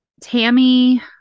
Tammy